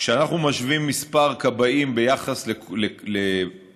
כשאנחנו משווים מספר כבאים ביחס לאוכלוסייה,